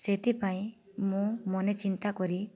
ସେଥିପାଇଁ ମୁଁ ମନେ ଚିନ୍ତା କରି